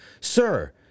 sir